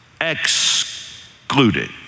excluded